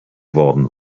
worden